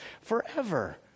forever